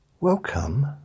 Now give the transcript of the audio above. welcome